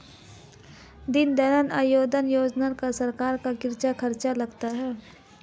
दीनदयाल अंत्योदय योजना पर सरकार का कितना खर्चा लगा है?